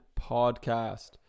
Podcast